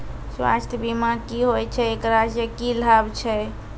स्वास्थ्य बीमा की होय छै, एकरा से की लाभ छै?